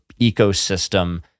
ecosystem